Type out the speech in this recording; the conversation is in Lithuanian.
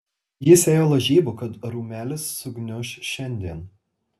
jis ėjo lažybų kad rūmelis sugniuš šiandien